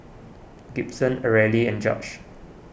Gibson Areli and Judge